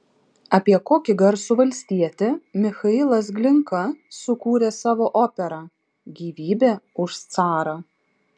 apie kokį garsų valstietį michailas glinka sukūrė savo operą gyvybė už carą